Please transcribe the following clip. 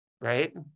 Right